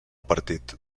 partit